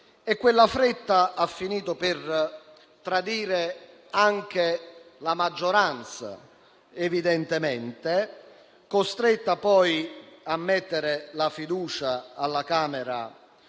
quella fretta ha finito per tradire anche la maggioranza, costretta poi a porre la fiducia alla Camera